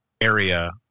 area